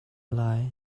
lai